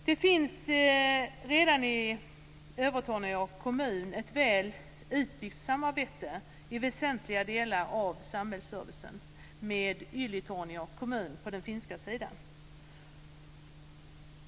Det finns i Övertorneå kommun redan ett väl utbyggt samarbete när det gäller väsentliga delar av samhällsservicen med Ylitornio kommun på den finska sidan.